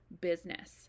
business